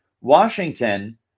Washington